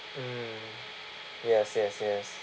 mm yes yes yes